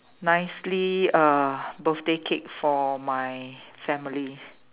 nicely uh birthday cake for my family